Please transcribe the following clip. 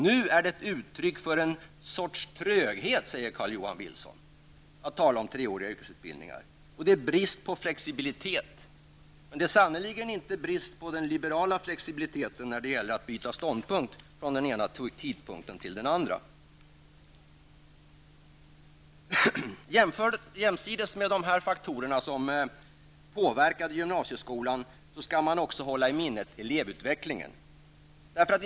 Nu säger Carl-Johan Wilson att talet om treåriga yrkesutbildningar är ett uttryck för en sorts tröghet. Det saknas flexibilitet, sägs det. Men då skulle jag vilja säga att det sannerligen inte råder någon brist på liberal flexibilitet när det gäller att byta ståndpunkt från en tidpunkt till en annan. Jämsides med de här faktorerna som påverkade gymnasieskolan fanns detta med elevutvecklingen. Det måste vi hålla i minnet.